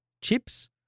chips